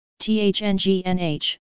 THNGNH